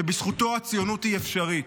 שבזכותו הציוניות היא אפשרית.